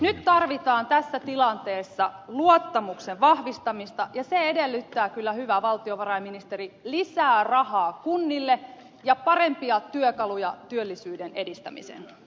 nyt tarvitaan tässä tilanteessa luottamuksen vahvistamista ja se edellyttää kyllä hyvä valtiovarainministeri lisää rahaa kunnille ja parempia työkaluja työllisyyden edistämiseen